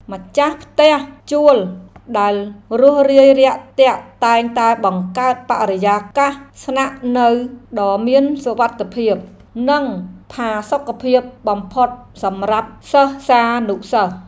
ម្ចាស់ផ្ទះជួលដែលរួសរាយរាក់ទាក់តែងតែបង្កើតបរិយាកាសស្នាក់នៅដ៏មានសុវត្ថិភាព និងផាសុកភាពបំផុតសម្រាប់សិស្សានុសិស្ស។